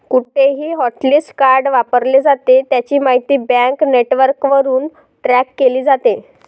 कुठेही hotlist card वापरले जाते, त्याची माहिती बँक नेटवर्कवरून ट्रॅक केली जाते